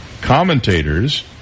Commentators